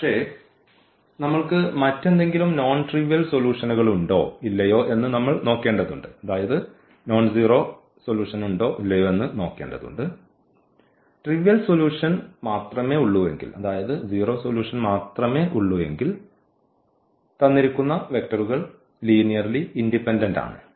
പക്ഷേ നമ്മൾക്ക് മറ്റെന്തെങ്കിലും നോൺ ട്രിവ്യൽ സൊല്യൂഷനുകളുണ്ടോ ഇല്ലയോ എന്ന് നമ്മൾ നോക്കേണ്ടതുണ്ട് ട്രിവ്യൽ സൊല്യൂഷൻ മാത്രമേ ഉള്ളൂവെങ്കിൽ അതായത് സീറോ സൊല്യൂഷൻ മാത്രമേ ഉള്ളൂവെങ്കിൽ തന്നിരിക്കുന്ന വെക്റ്ററുകൾ ലീനിയർലി ഇൻഡിപെൻഡന്റ് ആണ്